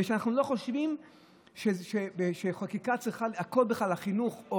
ואנחנו לא חושבים שבחקיקה הכול, החינוך הוא